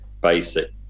basic